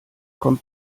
kommt